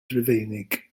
rufeinig